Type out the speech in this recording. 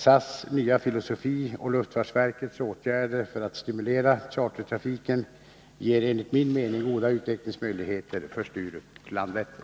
SAS nya filosofi och luftfartsverkets åtgärder för att stimulera chartertrafiken ger enligt min mening goda utvecklingsmöjligheter för Sturup och Landvetter.